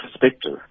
perspective